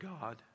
God